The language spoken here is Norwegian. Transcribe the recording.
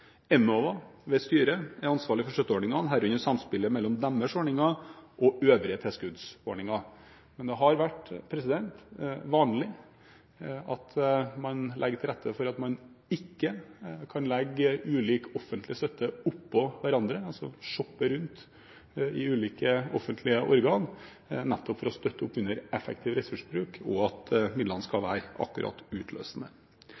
ved styret, er ansvarlig for støtteordningene, herunder samspillet mellom deres ordninger og øvrige tilskuddsordninger. Men det har vært vanlig å legge til rette for at man ikke kan legge ulik offentlig støtte oppå hverandre – å shoppe rundt i ulike offentlige organer – nettopp for å støtte opp under effektiv ressursbruk, og at midlene skal